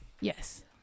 Yes